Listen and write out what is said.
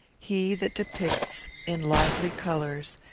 he that depicts, in lively colours,